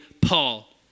Paul